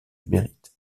mérite